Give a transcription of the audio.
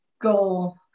goal